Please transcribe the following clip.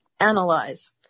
analyze